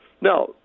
Now